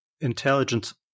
intelligence